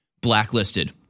blacklisted